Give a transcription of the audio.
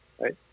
right